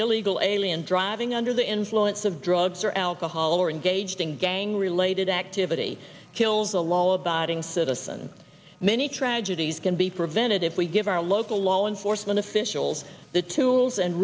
illegal alien driving under the influence of drugs or alcohol or engaged in gang related activity kills a law abiding citizen many tragedies can be prevented if we give our local law enforcement officials the tools and